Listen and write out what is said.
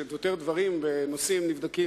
שיותר דברים ונושאים נבדקים.